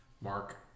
Mark